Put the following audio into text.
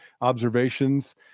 observations